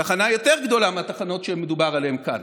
תחנה יותר גדולה מהתחנות שמדובר עליהן כאן.